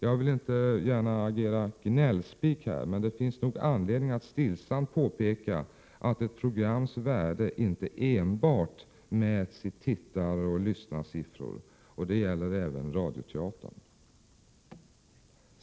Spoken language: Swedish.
Jag vill inte gärna agera gnällspik, men det finns nog anledning att stillsamt påpeka att ett programs värde inte enbart mäts i tittaroch lyssnarsiffror. Det gäller även radioteatern.